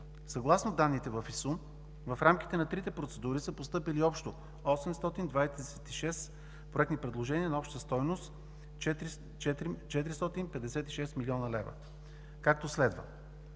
Съгласно данните в ИСУН в рамките на трите процедури са постъпили общо 826 проектни предложения на обща стойност 456 млн. лв. за три лота,